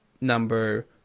number